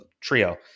trio